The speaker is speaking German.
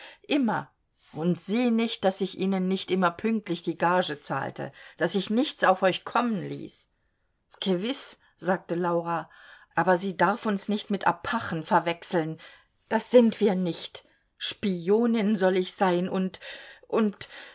immer und sie nicht daß ich ihnen nicht immer pünktlich die gage zahlte daß ich nichts auf euch kommen ließ gewiß sagte laura aber sie darf uns nicht mit apachen verwechseln das sind wir nicht spionin soll ich sein und und